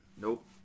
Nope